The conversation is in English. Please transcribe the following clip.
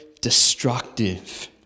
destructive